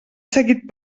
seguit